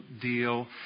deal